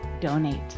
donate